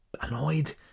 annoyed